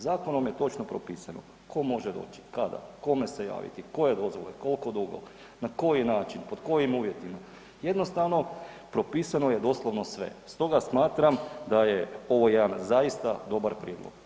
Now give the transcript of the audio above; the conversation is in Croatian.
Zakonom je točno propisano tko može doći, kada, kome se javiti, koje vozilo i koliko dugo, na koji način, pod kojim uvjetima, jednostavno propisano je doslovno sve stoga smatram da je ovo jedan zaista dobar prijedlog.